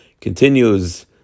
Continues